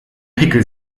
pickel